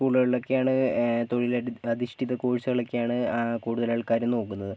സ്കൂളുകളിലൊക്കെയാണ് തൊഴിലധി അധിഷ്ഠിത കോഴ്സുകളൊക്കെയാണ് കൂടുതലാൾക്കാരും നോക്കുന്നത്